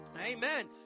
Amen